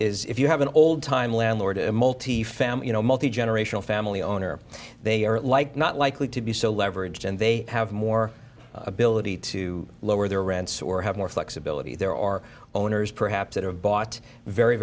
if you have an old time landlord multifamily you know multigenerational family owner they are like not likely to be so leveraged and they have more ability to lower their rents or have more flexibility there are owners perhaps that have bought very